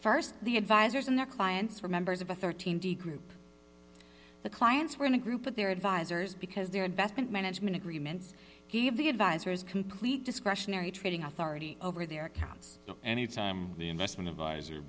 first the advisors and their clients were members of a thirteen d group the clients were in a group of their advisors because their investment management agreements gave the advisors complete discretionary trading authority over their accounts any time the investment advisor